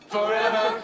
Forever